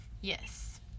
Yes